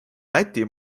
läti